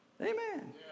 Amen